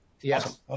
yes